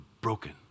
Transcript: broken